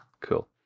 Cool